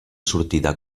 sortida